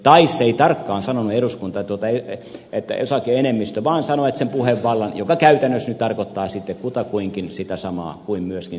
tai eduskunta ei tarkkaan sanonut että osake enemmistön vaan sanoi että sen puhevallan joka käytännössä nyt tarkoittaa kutakuinkin samaa kuin enemmistöomistajuus